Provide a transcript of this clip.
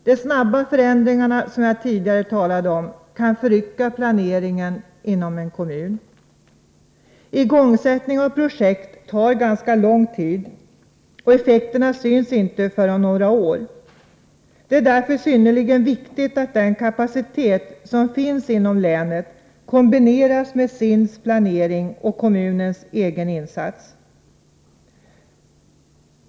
De snabba förändringarna, som jag tidigare talade om, kan förrycka planeringen inom en kommun. Igångsättning av projekt tar ganska lång tid, och effekterna syns inte förrän om några år. Det är därför synnerligen viktigt att den kapacitet som finns inom länet kombineras med SIND:s planering och kommunens egen insats.